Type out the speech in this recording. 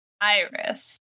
Iris